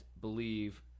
believe